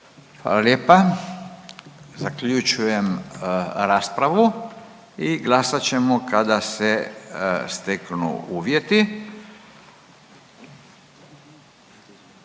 Hvala lijepa. Zaključujem raspravu i glasat ćemo kada se steknu uvjeti.